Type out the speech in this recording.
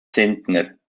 zentner